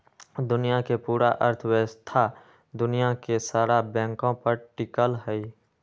दुनिया के पूरा अर्थव्यवस्था दुनिया के सारा बैंके पर टिकल हई